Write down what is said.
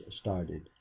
started